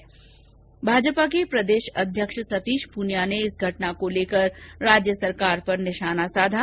इससे पहले भाजपा के प्रदेश अध्यक्ष सतीश पूनिया ने इस घटना को लेकर राज्य सरकार पर निशाना साधा